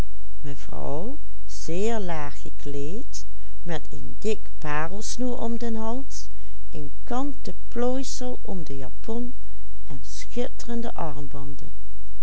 kanten plooisel om de japon en schitterende armbanden